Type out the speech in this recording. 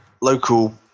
local